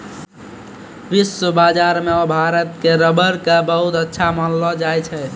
विश्व बाजार मॅ भारत के रबर कॅ बहुत अच्छा मानलो जाय छै